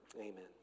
Amen